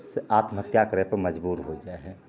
से आत्महत्या करैपर मजबूर होइ जाइ हइ